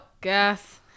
Gas